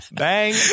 bang